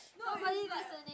nobody listening